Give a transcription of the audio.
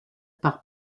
par